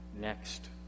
next